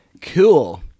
cool